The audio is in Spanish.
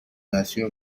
nació